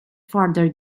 further